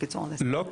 לא ,